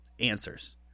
answers